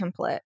template